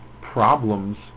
problems